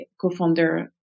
co-founder